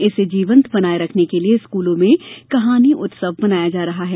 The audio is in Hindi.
इसे जीवंत बनाये रखने के लिये स्कूलों में कहानी उत्सव मनाया जा रहा है